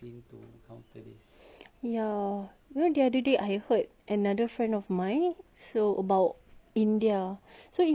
you know the other day I heard another friend of mine so about india so india actually came out with a vaccine